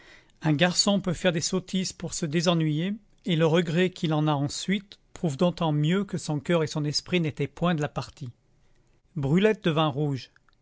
un garçon peut faire des sottises pour se désennuyer et le regret qu'il en a ensuite prouve d'autant mieux que son coeur et son esprit n'étaient point de la partie brulette devint rouge